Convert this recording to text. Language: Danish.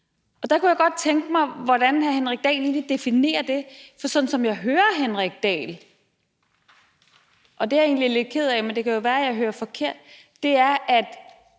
Og der kunne jeg godt tænke mig at høre, hvordan hr. Henrik Dahl egentlig definerer det. For sådan som jeg hører hr. Henrik Dahl – og det er jeg egentlig lidt ked af, men det kan jo være, at jeg hører forkert – er